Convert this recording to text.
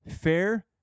fair